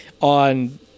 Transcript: on